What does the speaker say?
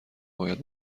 باید